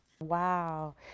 Wow